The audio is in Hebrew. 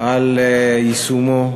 על יישומו.